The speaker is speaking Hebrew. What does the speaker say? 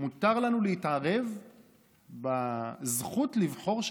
מותר לנו להתערב בזכות של העם לבחור,